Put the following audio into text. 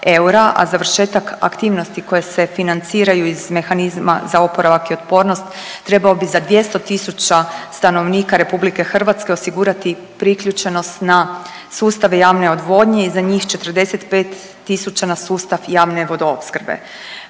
a završetak aktivnosti koje se financiraju iz mehanizma za oporavak i otpornost trebao bi za 200.000 stanovnika RH osigurati priključenost na sustave javne odvodnje i za njih 45.000 na sustav javne vodoopskrbe.